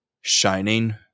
shining